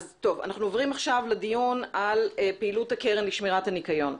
אנחנו עוברים עכשיו לדיון על פעילות הקרן לשמירת הניקיון.